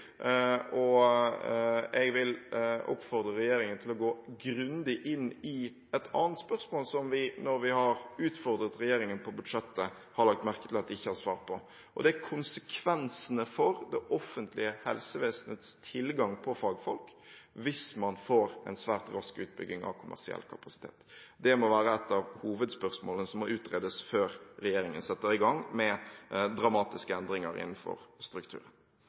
mulig. Jeg vil oppfordre regjeringen til å gå grundig inn i et annet spørsmål som vi, når vi har utfordret regjeringen på budsjettet, har lagt merke til at de ikke har svart på, og det er konsekvensene for det offentlige helsevesenets tilgang på fagfolk hvis man får en svært rask utbygging av kommersiell kapasitet. Det må være et av hovedspørsmålene som må utredes før regjeringen setter i gang med dramatiske endringer innenfor